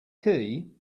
key